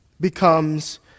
becomes